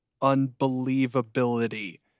unbelievability